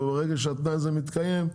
וברגע שהתנאי הזה מתקיים,